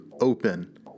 open